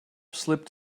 slipped